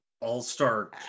all-star